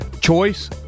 Choice